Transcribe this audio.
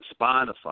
Spotify